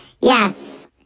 Yes